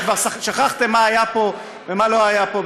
שכבר שכחתם מה היה פה ומה לא היה פה.